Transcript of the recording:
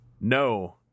No